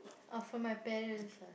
oh from my parents ah